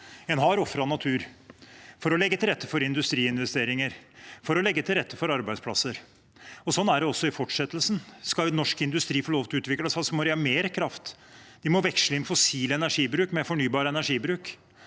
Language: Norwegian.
En har ofret natur for å legge til rette for industriinvesteringer og arbeidsplasser. Sånn blir det også i fortsettelsen: Skal norsk industri få lov til å utvikle seg, må de ha mer kraft. Vi må veksle inn fossil energibruk med fornybar energibruk.